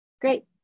Great